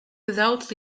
without